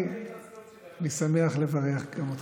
אני שמח לברך גם אותך.